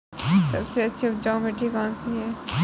सबसे अच्छी उपजाऊ मिट्टी कौन सी है?